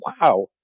wow